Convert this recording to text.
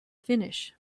finish